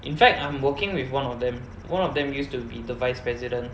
in fact I'm working with one of them one of them used to be the vice president